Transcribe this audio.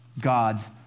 God's